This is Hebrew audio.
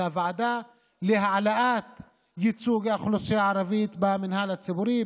הייתה ועדה להעלאת ייצוג האוכלוסייה הערבית במינהל הציבורי,